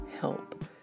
help